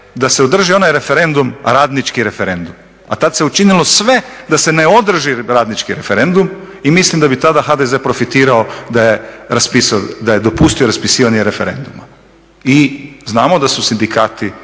da se održi onaj referendum, radnički referendum. A tad se učinilo sve da se ne održi radnički referendum i mislim da bi tada HDZ profitirao da je dopustio raspisivanje referenduma. I znamo da su sindikati